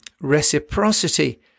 reciprocity